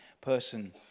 person